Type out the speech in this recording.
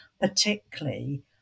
Particularly